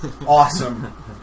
Awesome